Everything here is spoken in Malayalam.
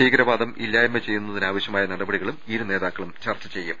ഭീകരവാദം ഇല്ലായ്മ ചെയ്യുന്നതിനാവശ്യമായ നടപടികളും ഇരു നേതാക്കളും ചർച്ച ചെയ്യും